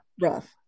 rough